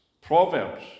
Proverbs